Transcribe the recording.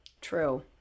true